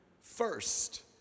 first